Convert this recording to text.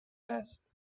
asked